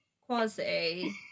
Quasi